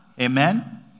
Amen